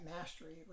mastery